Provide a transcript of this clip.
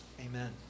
Amen